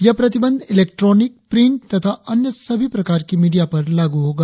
यह प्रतिबंध electronic print तथा अन्य सभी प्रकार मीडिया पर लागू होगा